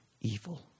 evil